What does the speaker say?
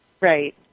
Right